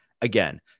Again